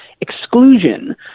exclusion